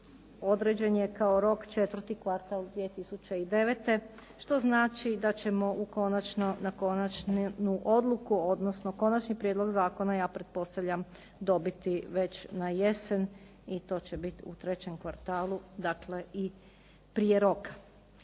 određen je kao rok četvrti kvartal 2009. što znači da ćemo na konačnu odluku odnosno konačni prijedlog zakona ja pretpostavljam dobiti već najesen i to će biti u trećem kvartalu, dakle i prije roka.